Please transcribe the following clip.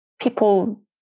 people